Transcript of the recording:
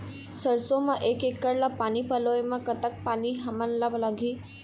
सरसों म एक एकड़ ला पानी पलोए म कतक पानी हमन ला लगही?